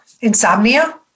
insomnia